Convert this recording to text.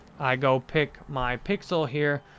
i go pick my pixel here.